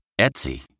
Etsy